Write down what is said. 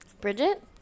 Bridget